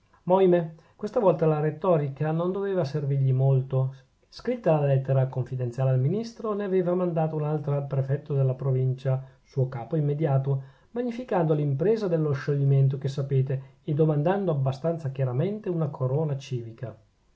ohimè questa volta la rettorica non doveva servirgli molto scritta la lettera confidenziale al ministro ne aveva mandata un'altra al prefetto della provincia suo capo immediato magnificando l'impresa dello scioglimento che sapete e domandando abbastanza chiaramente una corona civica